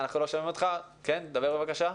בבקשה.